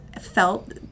felt